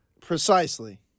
Precisely